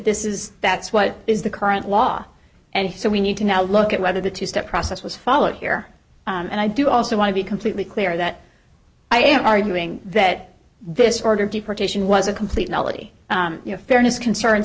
this is that's what is the current law and so we need to now look at whether the two step process was followed here and i do also want to be completely clear that i am arguing that this order deportation was a complete melodie fairness concerns